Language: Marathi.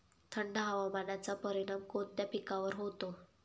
थंड हवामानाचा परिणाम कोणत्या पिकावर होतो?